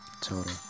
total